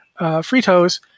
fritos